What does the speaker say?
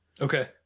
Okay